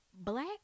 black